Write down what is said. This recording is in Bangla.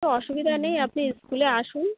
তো অসুবিধা নেই আপনি স্কুলে আসুন